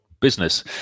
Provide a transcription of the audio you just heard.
business